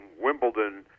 Wimbledon